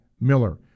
Miller